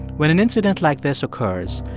when an incident like this occurs,